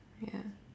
ya